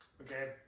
Okay